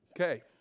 Okay